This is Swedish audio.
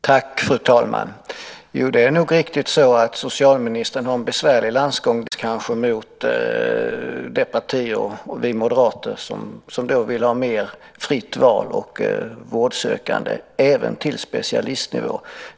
Fru talman! Det är nog riktigt att socialministern har en besvärlig balansgång dels mot Vänstern, dels kanske mot de partier inklusive oss moderater som vill ha mer fritt val och vårdsökande även till specialistnivån.